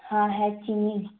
ہاں ہے چینی